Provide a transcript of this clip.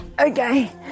okay